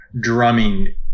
drumming